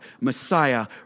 Messiah